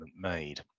made